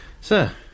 Sir